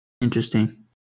Interesting